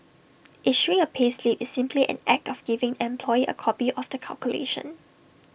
issuing A payslip is simply an act of giving employee A copy of the calculation